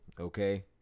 Okay